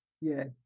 yes